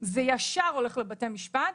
זה ישר הולך לבתי המשפט,